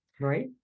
right